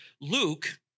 Luke